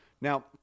Now